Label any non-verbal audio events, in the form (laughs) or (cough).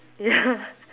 ya (laughs)